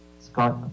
Scott